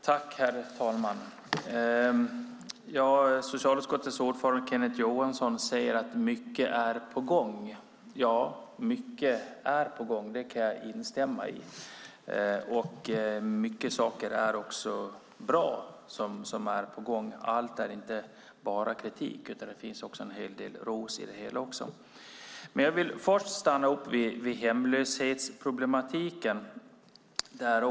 Herr talman! Socialutskottets ordförande Kenneth Johansson säger att mycket är på gång. Ja, mycket är på gång. Det kan jag instämma i. Många saker som är på gång är också bra. Allt omfattas inte av kritik, utan det finns även en hel del ros i det hela. Jag vill stanna upp vid hemlöshetsproblematiken.